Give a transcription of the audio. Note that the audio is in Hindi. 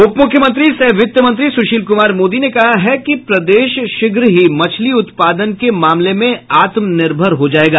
उप मुख्यमंत्री सह वित्त मंत्री सुशील कुमार मोदी ने कहा है कि प्रदेश शीघ्र ही मछली उत्पादन के मामले में आत्मनिर्भर हो जायेगा